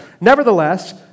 Nevertheless